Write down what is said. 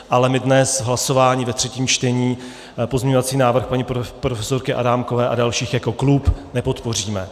Ale my dnes v hlasování ve třetím čtení pozměňovací návrh paní profesorky Adámkové a dalších jako klub nepodpoříme.